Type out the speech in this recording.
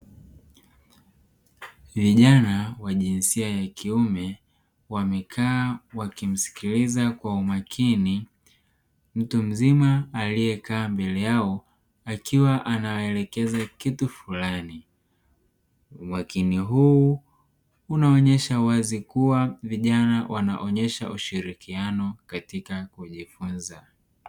Vijana wa jinsia ya kiume wamekaa wakimsikiliza kwa umakini mtu mzima aliyekaa mbele yao. Akiwa anawaelekeza kitu fulani. Umakini huu unaonyesha wazi kuwa vijana wanaonyesha ushirikiano katika kujifunza.